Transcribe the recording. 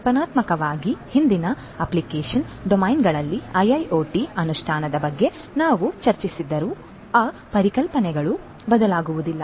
ಕಲ್ಪನಾತ್ಮಕವಾಗಿ ಹಿಂದಿನ ಅಪ್ಲಿಕೇಶನ್ ಡೊಮೇನ್ಗಳಲ್ಲಿ IIoT ಅನುಷ್ಠಾನದ ಬಗ್ಗೆ ನಾವು ಚರ್ಚಿಸಿದರೂ ಆ ಪರಿಕಲ್ಪನೆಗಳು ಬದಲಾಗುವುದಿಲ್ಲ